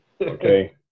Okay